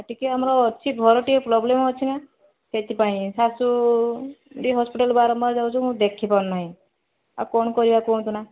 ଏ ଟିକିଏ ଆମର ଅଛି ଘରେ ଟିକିଏ ପ୍ରୋବ୍ଲେମ୍ ଅଛିନା ସେଥିପାଇଁ ଶାଶୁ ଟିକିଏ ହସ୍ପିଟାଲ୍ ବାରମ୍ବାର ଯାଉଛନ୍ତି ମୁଁ ଦେଖି ପାରୁନାହିଁ ଆଉ କଣ କରିବା କୁହନ୍ତୁନା